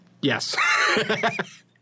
Yes